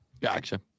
Gotcha